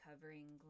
covering